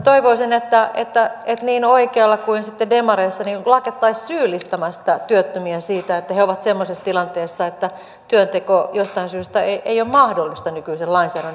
toivoisin että niin oikealla kuin sitten demareissa lakattaisiin syyllistämästä työttömiä siitä että he ovat semmoisessa tilanteessa että työnteko jostain syystä ei ole mahdollista nykyisen lainsäädännön puitteissa